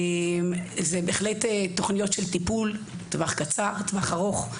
זה בהחלט תוכניות טיפול לטווח קצר וארוך.